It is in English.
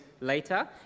later